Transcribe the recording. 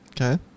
Okay